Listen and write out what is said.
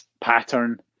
pattern